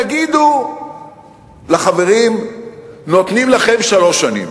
תגידו לחברים, נותנים לכם שלוש שנים.